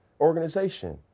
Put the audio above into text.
organization